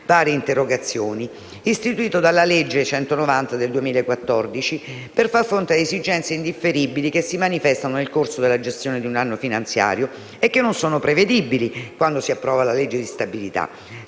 varie interrogazioni al riguardo. Istituito dalla legge n. 190 del 2014, per fare fronte a esigenze indifferibili che si manifestano nel corso della gestione di un anno finanziario e che non sono prevedibili quando si approva la legge di stabilità,